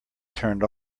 turned